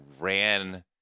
ran